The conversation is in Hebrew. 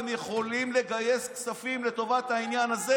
הם יכולים לגייס כספים לטובת העניין הזה.